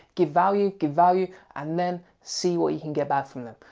give value, give value and then see what you can get back from them.